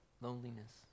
loneliness